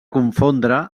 confondre